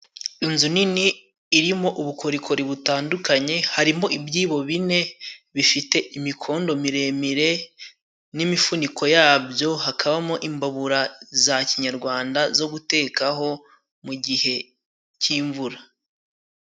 Inzu nini irimo ubukorikori butandukanye ,harimo ibyibo bine bifite imikondo miremire n'imifuniko yabyo ,hakabamo imbabura za kinyarwanda zo gutekaho mu gihe cy'imvura.